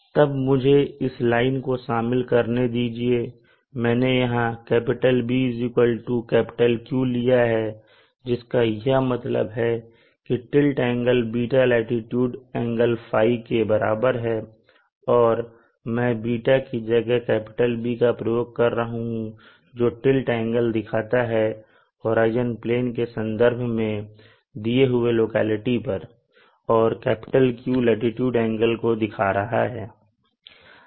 तब मुझे इस लाइन को शामिल करने दीजिए मैंने यहां BQ लिया है जिसका यह मतलब है की टिल्ट एंगल ß लाटीट्यूड एंगल ϕ के बराबर है और मैं ß की जगह B का प्रयोग कर रहा हूं जो टिल्ट एंगल दिखाता है होराइजन प्लेन के संदर्भ मैं दिए हुए लोकेलिटी पर और Q से लाटीट्यूड एंगल को दिखा रहा हूं